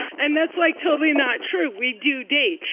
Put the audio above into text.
and that's like totally not true. we do date.